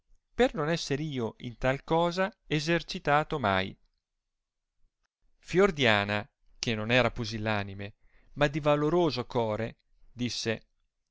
per non esser io in tal cosa essercitato mai fiordiana che non era pusillaneme ma di valoroso core disse